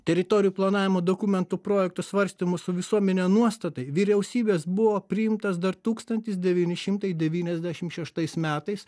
teritorijų planavimo dokumentų projektų svarstymų su visuomene nuostatai vyriausybės buvo priimtas dar tūkstantis devyni šimtai devyniasdešim šeštais metais